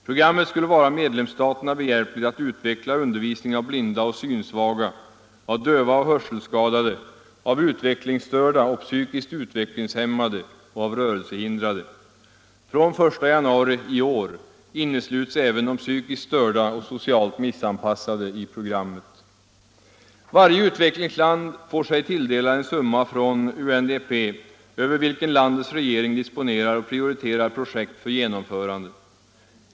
Programmet skulle vara medlemsstaterna behjälpligt att utveckla undervisningen av blinda och synsvaga, av döva och hörselskadade, av utvecklingsstörda och psykiskt utvecklingshämmade och av rörelsehindrade. Från den 1 januari 1975 innesluts även de psykiskt störda och socialt missanpassade i programmet. Varje utvecklingsland får sig tilldelad en summa från UNDP. Landets regering disponerar över denna summa och prioriterar projekt för genomförande.